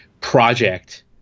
project